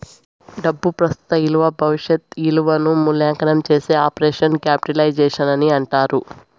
డబ్బు ప్రస్తుత ఇలువ భవిష్యత్ ఇలువను మూల్యాంకనం చేసే ఆపరేషన్ క్యాపిటలైజేషన్ అని అంటారు